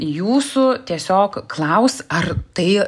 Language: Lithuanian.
jūsų tiesiog klaus ar tai